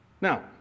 Now